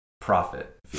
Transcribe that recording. profit